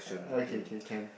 uh K K can